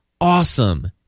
awesome